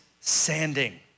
sanding